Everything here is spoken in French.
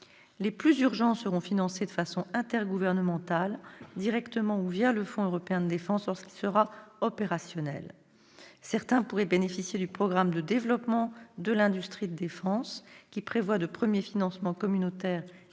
les plus urgents seront financés de façon intergouvernementale, directement ou le fonds européen de défense lorsque ce dernier sera opérationnel. Certains pourraient bénéficier du programme de développement de l'industrie de défense, qui prévoit de premiers financements communautaires dès